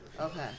Okay